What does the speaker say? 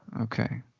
Okay